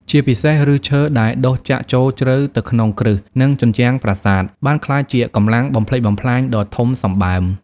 ជាពិសេស ឬសឈើដែលដុះចាក់ចូលជ្រៅទៅក្នុងគ្រឹះ និងជញ្ជាំងប្រាសាទ បានក្លាយជាកម្លាំងបំផ្លិចបំផ្លាញដ៏ធំសម្បើម។